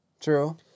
True